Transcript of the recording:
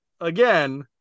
Again